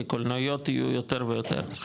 כי קולנועיות יהיו יותר ויותר,